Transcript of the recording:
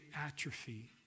atrophy